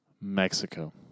Mexico